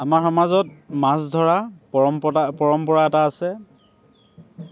আমাৰ সমাজত মাছ ধৰা পৰমপতা পৰম্পৰা এটা আছে